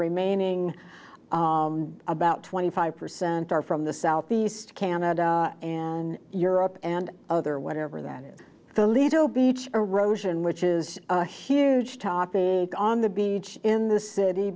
remaining about twenty five percent are from the southeast canada and europe and other whatever that is the lido beach erosion which is a huge topic on the beach in the city